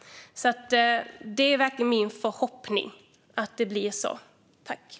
Det är verkligen min förhoppning att det blir så.